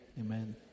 Amen